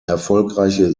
erfolgreiche